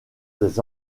des